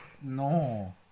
no